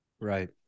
Right